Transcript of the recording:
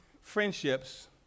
friendships